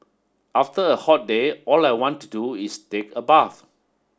after a hot day all I want to do is take a bath